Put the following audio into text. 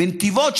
בנתיבות,